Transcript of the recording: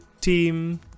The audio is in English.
team